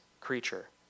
creature